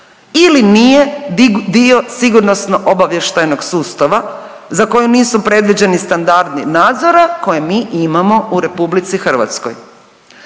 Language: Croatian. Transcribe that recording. ili nije dio Sigurnosno-obavještajnog sustava za koji nisu predviđeni standardi nadzora koje mi imamo u RH.